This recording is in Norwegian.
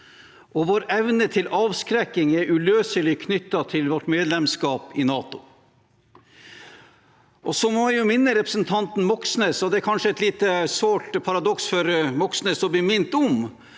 Vår evne til avskrekking er uløselig knyttet til vårt medlemskap i NATO. Jeg må minne representanten Moxnes om, og det er kanskje et litt sårt paradoks for Moxnes å bli minnet om,